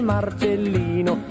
Marcellino